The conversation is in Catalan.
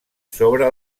sobre